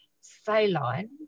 saline